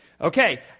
Okay